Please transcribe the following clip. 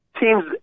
teams